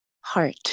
heart